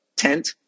tent